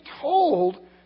told